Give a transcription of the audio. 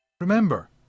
Remember